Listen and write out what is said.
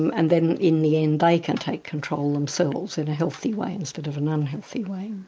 and then in the end they can take control themselves in a healthy way instead of an unhealthy way.